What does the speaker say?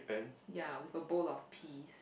ya with a bowl of peas